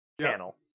channel